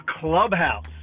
Clubhouse